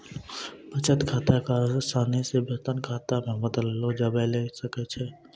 बचत खाता क असानी से वेतन खाता मे बदललो जाबैल सकै छै